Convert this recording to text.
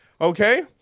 Okay